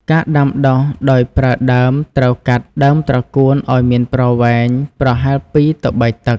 ការដាំដុះដោយប្រើដើមត្រូវកាត់ ដើមត្រកួន ឲ្យមានប្រវែងប្រហែល ២ ទៅ ៣ តឹក។